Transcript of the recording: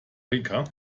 rica